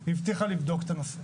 והיא הבטיחה לבדוק את הנושא.